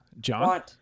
John